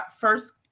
first